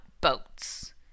boats